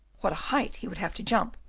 what a height he would have to jump,